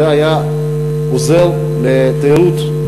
זה היה עוזר לתיירות,